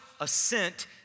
assent